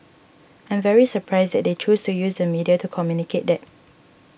I'm very surprised that they choose to use the media to communicate that